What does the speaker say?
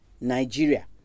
Nigeria